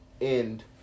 End